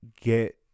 get